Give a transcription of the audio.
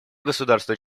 государства